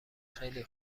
خیلی